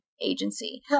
agency